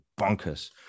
bonkers